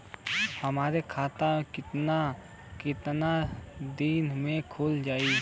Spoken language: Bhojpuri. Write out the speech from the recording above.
हमर खाता कितना केतना दिन में खुल जाई?